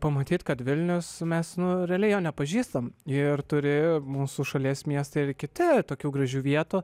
pamatyt kad vilnius mes nu realiai jo nepažįstam ir turi mūsų šalies miestai ir kiti tokių gražių vietų